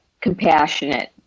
compassionate